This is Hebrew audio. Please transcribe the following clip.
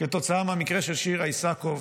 כתוצאה מהמקרה של שירה איסקוב,